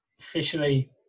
Officially